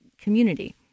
community